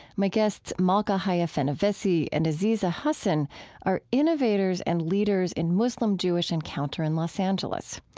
my guests, malka haya fenyvesi and aziza hasan are innovators and leaders in muslim-jewish encounter in los angeles.